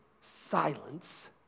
silence